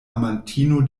amantino